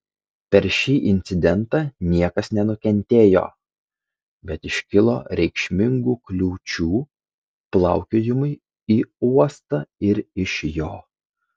per šį incidentą niekas nenukentėjo bet iškilo reikšmingų kliūčių plaukiojimui į uostą ir iš jo